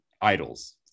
idols